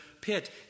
pit